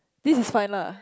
this is fine lah